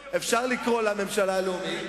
אז אפשר לקרוא לה ממשלה לאומית,